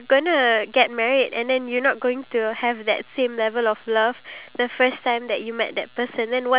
that's why you don't know how to handle like who takes this responsibility who takes that responsibility